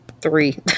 three